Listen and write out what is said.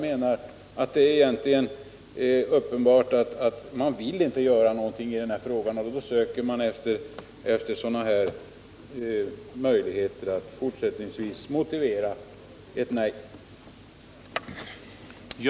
Det är egentligen uppenbart att man inte vill göra någonting i den frågan, och då söker man efter möjligheter att fortsättningsvis motivera ett nej.